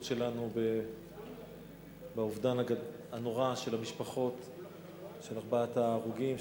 שלנו באובדן הנורא של המשפחות של ארבעת ההרוגים,